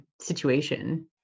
situation